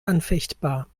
anfechtbar